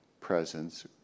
presence